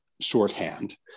shorthand